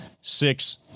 six